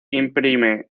imprime